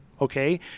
Okay